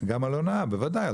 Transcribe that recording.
גם על הונאה, בוודאי.